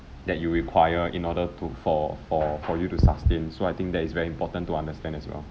that you require in order to for for for you to sustain so I think that is very important to understand as well